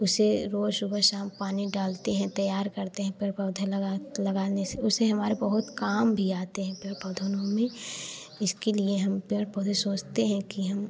उसे रोज सुबह शाम पानी डालते हैं तैयार करते हैं पेड़ पौधे लगा लगाने से उसे हमारे बहुत काम भी आते हैं पेड़ पौधों इसके लिए हम पेड़ पौधे सोचते हैं कि हम